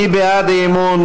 מי בעד האי-אמון?